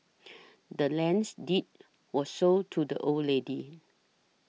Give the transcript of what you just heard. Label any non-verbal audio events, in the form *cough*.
*noise* the land's deed was sold to the old lady